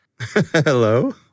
Hello